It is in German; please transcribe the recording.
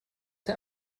der